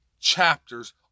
chapters